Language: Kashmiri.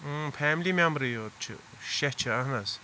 اۭں فیملی میمبرٕے یوت چھِ شیٚے چھِ اَہن حظ